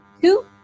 Two